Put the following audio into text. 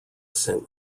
sent